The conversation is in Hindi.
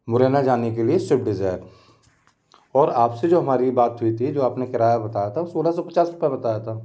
मुरैना जाने के लिए स्विफ्ट डिज़ायर और आपसे जो हमारी बात हुई थी जो आपने किराया बताया था वो सोलह सौ पचास रुपए बताया था